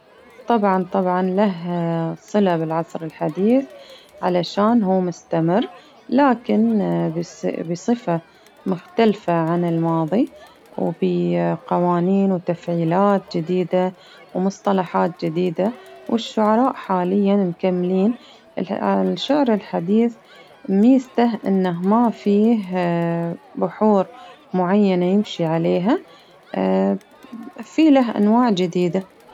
طبعا طبعا له صلة بالعصر الحديث، علشان هو مستمر لكن بص- بصفة مختلفة عن الماضي، قوانين وتفعيلات جديدة، ومصطلحات جديدة. والشعراء حاليا مكملين ،الحديث ميزته إنه ما فيه بحور معينة يمشي عليها، في له أنواع جديدة.